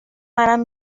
منم